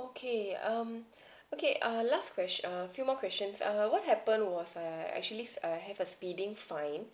okay um okay err last ques err few more questions err what happen was err actually I have a speeding fine